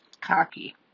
Cocky